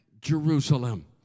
Jerusalem